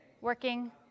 working